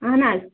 اہن حظ